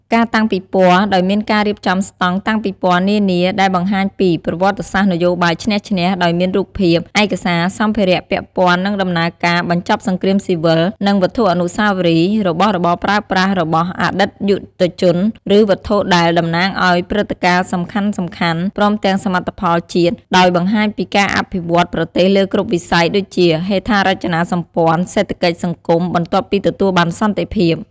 ការតាំងពិព័រណ៍ ដោយមានការរៀបចំស្ដង់តាំងពិព័រណ៍នានា ដែលបង្ហាញពី ប្រវត្តិសាស្ត្រនយោបាយឈ្នះ-ឈ្នះ ដោយមានរូបភាព ឯកសារ សម្ភារៈពាក់ព័ន្ធនឹងដំណើរការបញ្ចប់សង្គ្រាមស៊ីវិល និងវត្ថុអនុស្សាវរីយ៍ របស់របរប្រើប្រាស់របស់អតីតយុទ្ធជន ឬវត្ថុដែល តំណាងឱ្យព្រឹត្តិការណ៍សំខាន់ៗ ព្រមទាំងសមិទ្ធផលជាតិ ដោយបង្ហាញពីការអភិវឌ្ឍន៍ប្រទេសលើគ្រប់វិស័យដូចជាហេដ្ឋារចនាសម្ព័ន្ធ សេដ្ឋកិច្ច សង្គម បន្ទាប់ពីទទួលបានសន្តិភាព។